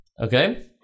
Okay